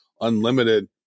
unlimited